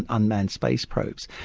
unmanned space probes.